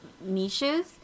niches